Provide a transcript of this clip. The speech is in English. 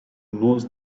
knows